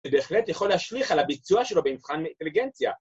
‫שבהחלט יכול להשליך על הביצוע שלו ‫במבחן מאינטליגנציה.